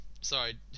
sorry